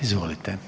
Izvolite.